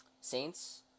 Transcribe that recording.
Saints